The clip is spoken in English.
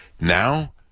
Now